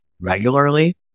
regularly